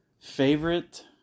favorite